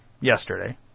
yesterday